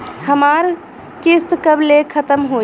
हमार किस्त कब ले खतम होई?